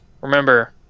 remember